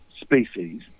species